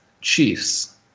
Chiefs